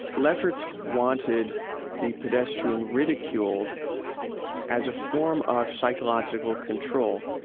lefferts wanted the pedestrian ridiculed as a form of psychological control.